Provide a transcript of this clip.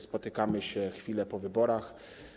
Spotykamy się chwilę po wyborach.